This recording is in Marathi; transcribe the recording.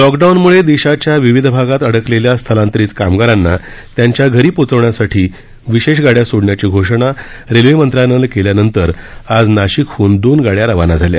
लॉकडाऊन मुळे देशाच्या विविध भागात अडकलेल्या स्थलांतरित कामगारांना त्यांच्या घरी पोहोचवण्यासाठी विशेष गाड्या सोडण्याची घोषणा रेल्वे मंत्रालयानं केल्यानंतर आज नाशिकहन दोन गाड्या रवाना झाल्या